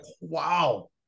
wow